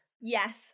Yes